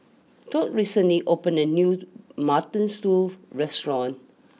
Tod recently opened a new Mutton Stew restaurant